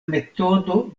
metodo